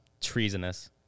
treasonous